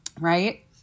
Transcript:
Right